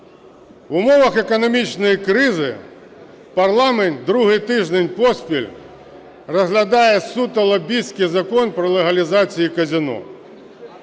В умовах економічної кризи парламент другий тиждень поспіль розглядає суто лобістський закон про легалізацію казино.